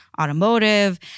Automotive